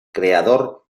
creador